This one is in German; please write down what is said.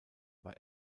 war